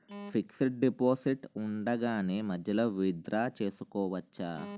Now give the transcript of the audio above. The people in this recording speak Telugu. ఫిక్సడ్ డెపోసిట్ ఉండగానే మధ్యలో విత్ డ్రా చేసుకోవచ్చా?